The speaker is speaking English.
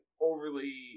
overly